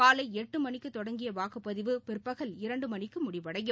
காலைஎட்டுமணிக்குதொடங்கியவாக்குப்பதிவு பிற்பகல் இரண்டுமணிக்குமுடிவடையும்